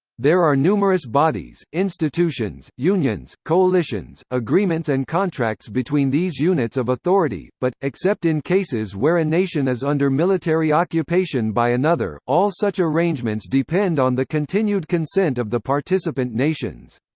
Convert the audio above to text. there are numerous bodies, institutions, unions, coalitions, agreements and contracts between these units of authority, but, except in cases where a nation is under military occupation by another, all such arrangements depend on the continued consent of the participant nations.